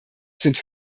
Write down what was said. sind